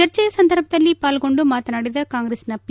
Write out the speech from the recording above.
ಚರ್ಚೆ ಸಂದರ್ಭದಲ್ಲಿ ಪಾಲ್ಗೊಂಡು ಮಾತನಾಡಿದ ಕಾಂಗ್ರೆಸ್ನ ಪಿ